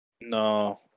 no